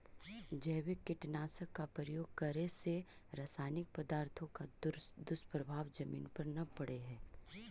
जैविक कीटनाशक का प्रयोग करे से रासायनिक पदार्थों का दुष्प्रभाव जमीन पर न पड़अ हई